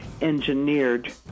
engineered